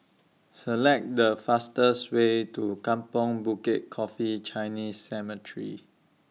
Select The fastest Way to Kampong Bukit Coffee Chinese Cemetery